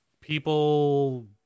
people